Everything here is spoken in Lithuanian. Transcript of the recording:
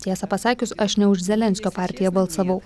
tiesą pasakius aš ne už zelenskio partiją balsavau